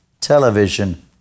television